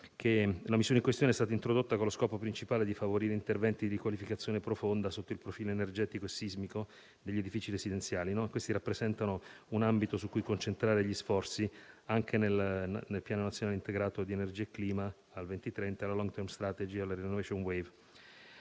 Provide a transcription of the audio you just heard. che la misura in questione è stata introdotta con lo scopo principale di favorire interventi di riqualificazione profonda sotto il profilo energetico e sismico degli edifici residenziali, che rappresentano un ambito su cui concentrare gli sforzi anche nel Piano nazionale integrato energia e clima al 2030, la *long term strategy* e la *renovation wave*.